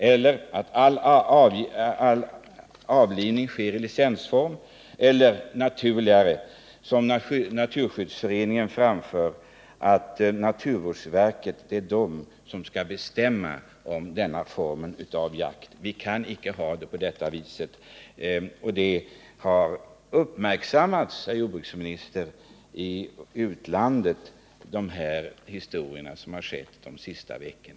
Annars måste all avlivning av varg ske på licens eller också — naturligare, som naturskyddsföreningen föreslår — skall naturvårdsverket bestämma om denna form av jakt. Vi kan inte ha det på detta vis längre. Vad som har skett har också uppmärksammats i utlandet de senaste veckorna.